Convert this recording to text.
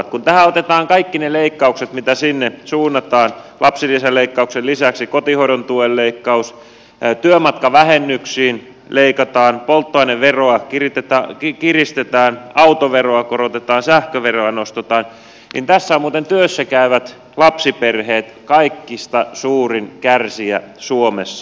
kun tähän otetaan kaikki ne leikkaukset mitä sinne suunnataan lapsilisäleikkauksen lisäksi kotihoidon tukea leikataan työmatkavähennyksiä leikataan polttoaineveroa kiristetään autoveroa korotetaan sähköveroa nostetaan niin tässä ovat muuten työssä käyvät lapsiperheet kaikista suurin kärsijä suomessa